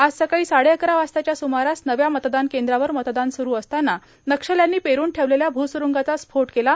आज सकाळी साडेअकरा वाजताच्या स्मारास नव्या मतदान केंद्रावर मतदान सुरु असताना नक्षल्यांनी पेरुन ठेवलेल्या भूसुरुंगाचा स्फोट केला